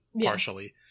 partially